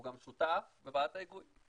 הוא גם שותף בוועדת ההיגוי,